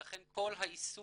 ולכן כל העיסוק